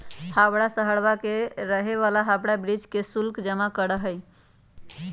हवाड़ा शहरवा के रहे वाला हावड़ा ब्रिज के शुल्क जमा करा हई